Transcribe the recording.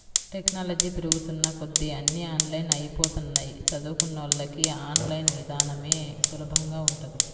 technology పెరుగుతున్న కొద్దీ అన్నీ ఆన్లైన్ అయ్యిపోతన్నయ్, చదువుకున్నోళ్ళకి ఆన్ లైన్ ఇదానమే సులభంగా ఉంటది